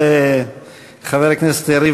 תודה לחבר הכנסת יריב